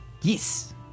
Yes